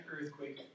earthquake